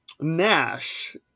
Nash